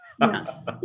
Yes